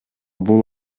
бул